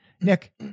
Nick